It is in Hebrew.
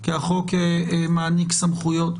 כי החוק מעניק סמכויות.